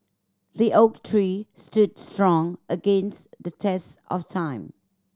the oak tree stood strong against the test of time